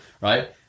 right